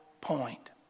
point